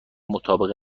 مطابق